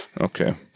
Okay